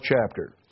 chapter